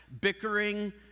bickering